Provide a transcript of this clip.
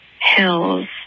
hills